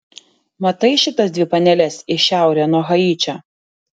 matai šitas dvi paneles į šiaurę nuo haičio